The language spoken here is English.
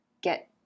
get